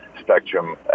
spectrum